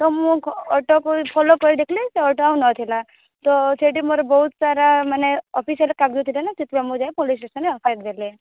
ତ ମୁଁ କ ଅଟୋକୁ ଫଲୋ କରି ଦେଖିଲି ସେ ଅଟୋ ଆଉ ନଥିଲା ତ ସେଇଠି ମୋର ବହୁତ ସାରା ମାନେ ଅଫିସିଆଲ କାଗଜ ଥିଲା ନା ସେଥିପାଇଁ ମୁଁ ଯାଇକି ପୋଲିସ୍ ଷ୍ଟେସନ୍ ରେ ଏଫ୍ ଆଇ ଆର ଦେଲି